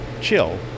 chill